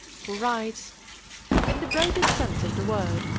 who writes in the broadest sense of the word,